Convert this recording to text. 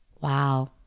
wow